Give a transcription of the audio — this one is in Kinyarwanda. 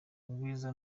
ubwiza